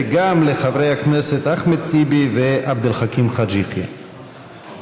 וגם לחברי הכנסת אחמד טיבי ועבד אל חכים חאג' יחיא.